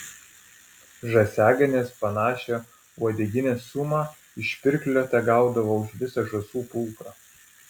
žąsiaganės panašią uodeginės sumą iš pirklio tegaudavo už visą žąsų pulką